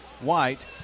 White